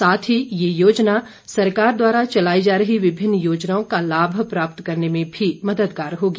साथ ही ये योजना सरकार द्वारा चलाई जा रही विभिन्न योजनाओं का लाभ प्राप्त करने में भी मददगार होंगी